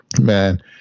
man